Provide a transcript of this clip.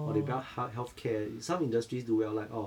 or they buy health~ healthcare some industries do well like orh